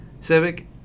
Civic